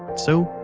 so,